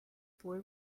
boy